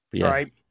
right